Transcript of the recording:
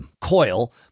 coil